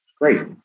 Great